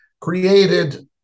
created